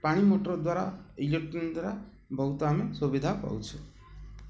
ପାଣି ମୋଟର୍ ଦ୍ୱାରା ଇଲେକ୍ଟ୍ରିକ୍ ଦ୍ୱାରା ବହୁତ ଆମେ ସୁବିଧା ପାଉଛୁ